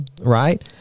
right